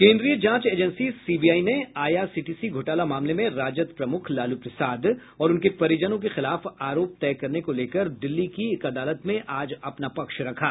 केन्द्रीय जांच agency CBI ने आईआरसीटीसी घोटाला मामले में राजद प्रमुख लालू प्रसाद और उनके परिजनों के खिलाफ आरोप तय करने को लेकर दिल्ली की एक अदालत में आज अपना पक्ष रखा